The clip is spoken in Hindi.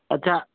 अच्छा